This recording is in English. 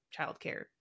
childcare